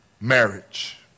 marriage